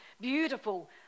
beautiful